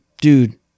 dude